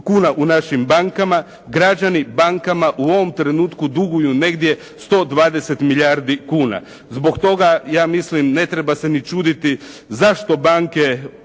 kuna u našim bankama građani bankama u ovom trenutku duguju negdje 120 milijardi kuna. Zbog toga ja mislim ne treba se ni čuditi zašto banke